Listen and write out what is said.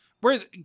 Whereas